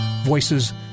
voices